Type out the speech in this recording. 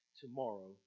tomorrow